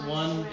one